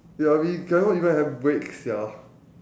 ya we cannot even have break sia